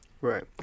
Right